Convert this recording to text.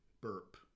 burp